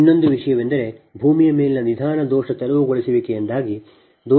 ಇನ್ನೊಂದು ವಿಷಯವೆಂದರೆ ಭೂಮಿಯ ಮೇಲೆ ನಿಧಾನ ದೋಷ ತೆರವುಗೊಳಿಸುವಿಕೆಯಿಂದಾಗಿ ದೋಷವು ಇತರ ಎರಡು ಹಂತಗಳಿಗೆ ಹರಡುತ್ತದೆ